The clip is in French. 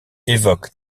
évoque